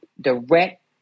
direct